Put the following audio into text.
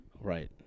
Right